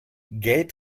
gelb